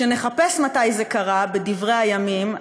כשנחפש מתי זה קרה בדברי הימים,